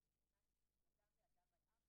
מהתעמרות הם דווקא יותר גברים מאשר נשים,